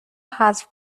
حذف